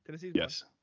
Yes